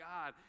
God